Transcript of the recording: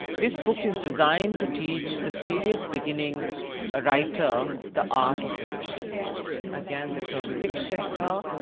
this book is designed to teach the serious beginning ah writer the art of fiction again the term fiction here.